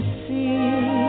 see